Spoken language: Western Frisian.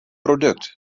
produkt